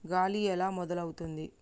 గాలి ఎలా మొదలవుతుంది?